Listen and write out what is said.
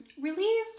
Relieved